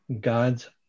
God's